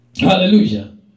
Hallelujah